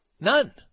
None